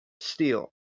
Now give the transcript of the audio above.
steel